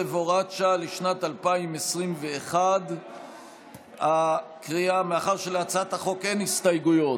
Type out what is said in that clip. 11 והוראת שעה לשנת 2021). מאחר שלהצעת החוק אין הסתייגויות,